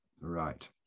right